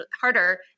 harder